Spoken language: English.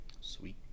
Sweet